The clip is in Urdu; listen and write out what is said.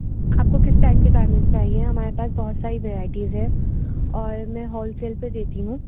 آپ کو کس ٹائپ کے گارمنٹس چاہیے ہمارے پاس بہت ساری ورائٹیز ہیں اور میں ہول سیل پہ دیتی ہوں